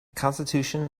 constitution